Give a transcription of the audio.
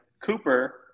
Cooper